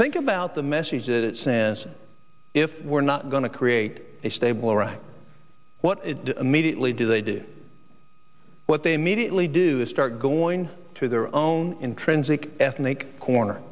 think about the message it says if we're not going to create a stable iraq what it immediately do they do what they immediately do is start going to their own intrinsic ethnic corner